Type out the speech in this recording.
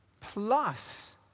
plus